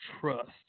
trust